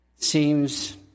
seems